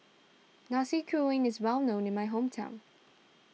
Nasi Kuning is well known in my hometown